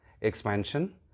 expansion